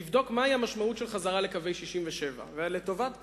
לבדוק מהי המשמעות של חזרה לקווי 67'. לטובת